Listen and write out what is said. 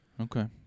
Okay